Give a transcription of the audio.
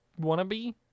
Wannabe